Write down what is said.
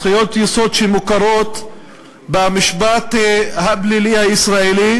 זכויות יסוד שמוכרות במשפט הפלילי הישראלי,